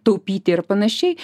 taupyti ir panašiai